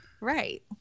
Right